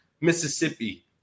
Mississippi